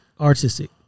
Artistic